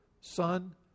Son